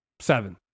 Seven